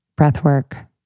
Breathwork